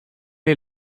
est